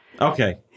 Okay